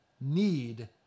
need